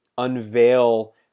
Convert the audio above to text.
unveil